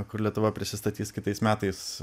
kur lietuva prisistatys kitais metais